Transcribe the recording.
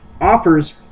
offers